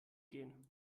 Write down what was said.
gehen